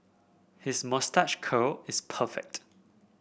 his moustache curl is perfect